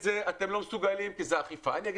וליד זה דפקו מכות